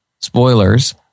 spoilers